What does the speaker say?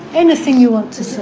anything you want to say